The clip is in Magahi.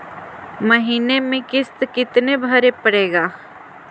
महीने में किस्त कितना भरें पड़ेगा?